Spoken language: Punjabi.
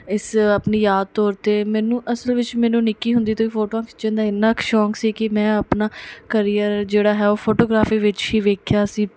ਇਸ ਆਪਣੀ ਯਾਦ ਤੌਰ 'ਤੇ ਮੈਨੂੰ ਅਸਲ ਵਿੱਚ ਮੈਨੂੰ ਨਿੱਕੀ ਹੁੰਦੀ ਤੋਂ ਹੀ ਫੋਟੋਆਂ ਖਿੱਚਣ ਦਾ ਇੰਨਾਂ ਕੁ ਸ਼ੌਂਕ ਸੀ ਕੀ ਮੈਂ ਆਪਣਾ ਕਰੀਅਰ ਜਿਹੜਾ ਹੈ ਉਹ ਫੋਟੋਗ੍ਰਾਫੀ ਵਿੱਚ ਹੀ ਵੇਖਿਆ ਸੀ